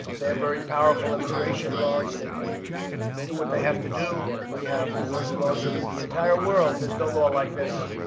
they have very powerful immigration laws. they can do what they have to do. we have the worst laws in the entire world there's no law like this,